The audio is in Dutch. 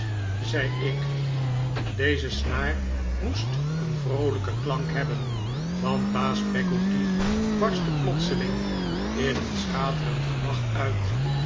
zei ik deze snaar moest een vroolijken klank hebben want baas peggotty barstte plotseling in een schaterend gelaeh uit